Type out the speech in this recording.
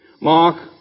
Mark